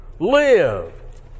Live